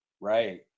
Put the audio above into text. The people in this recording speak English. Right